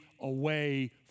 away